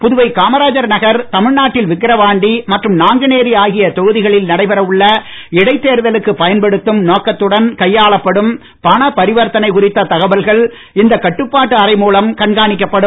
புதுவை காமராஜர் நகர் தமிழ்நாட்டில் விக்கரவாண்டி மற்றும் நாங்குநேரி ஆகியத் தொகுதிகளில் நடைபெற உள்ள இடைத்தேர்தலுக்கு பயன்படுத்தும் நோக்கத்துடன் கையாளப்படும் பணபரிவர்த்தனை குறித்த தகவல்கள் இந்த கட்டுப்பாட்டு அறை மூலம் கண்காணிக்கப்படும்